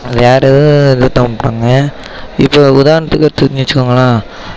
வேறு இப்போ உதாரணத்துக்கு எடுத்துக்கிட்டிங்கன்னு வச்சிக்கோங்களேன்